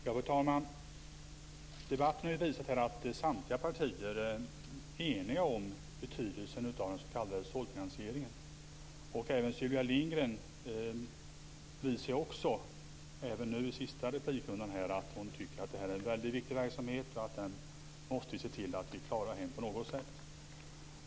Fru talman! Debatten har visat att samtliga partier är eniga om betydelsen av den s.k. såddfinansieringen. Även Sylvia Lindgren visade i den senaste replikrundan att hon tycker att det är en mycket viktig verksamhet och att vi måste se till att klara den på något sätt.